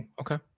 okay